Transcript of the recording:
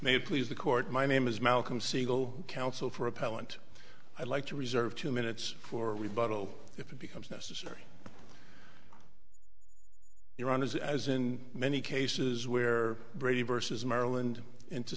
it please the court my name is malcolm siegel counsel for appellant i'd like to reserve two minutes for we bottle if it becomes necessary iran is as in many cases where brady versus maryland into